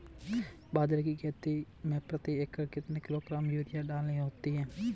बाजरे की खेती में प्रति एकड़ कितने किलोग्राम यूरिया डालनी होती है?